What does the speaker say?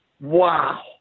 wow